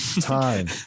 time